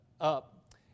up